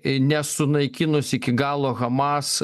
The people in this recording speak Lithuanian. nes sunaikinus iki galo hamas